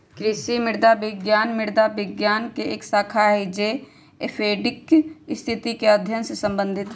कृषि मृदा विज्ञान मृदा विज्ञान के एक शाखा हई जो एडैफिक स्थिति के अध्ययन से संबंधित हई